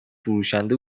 فروشنده